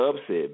upset